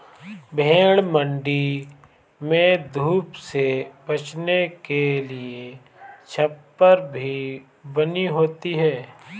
भेंड़ मण्डी में धूप से बचने के लिए छप्पर भी बनी होती है